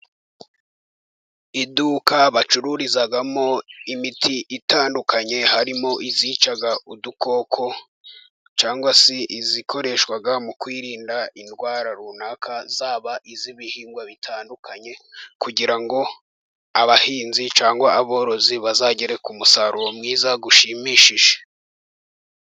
Iduka bacururizamo imiti itandukanye, harimo izica udukoko cyangwa se izikoreshwa mu kwirinda indwara runaka, zaba iz'ibihingwa bitandukanye, kugira ngo abahinzi cyangwa aborozi, bazagere ku musaruro mwiza ushimishije.